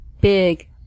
big